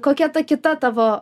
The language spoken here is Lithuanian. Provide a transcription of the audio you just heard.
kokia ta kita tavo